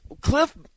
Cliff –